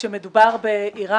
כאשר מדובר באיראן,